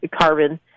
carbon